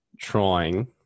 trying